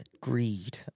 greed